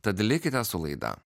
tad likite su laida